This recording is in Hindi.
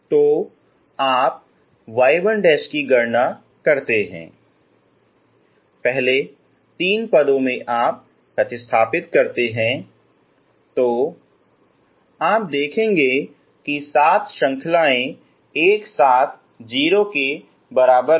तो आप y1 की गणना करते हैं पहले तीन पदों में आप प्रतिस्थापित करते हैं आप देखेंगे कि सात श्रृंखलाएं एक साथ 0 के बराबर हैं